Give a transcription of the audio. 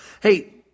Hey